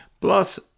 Plus